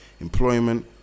employment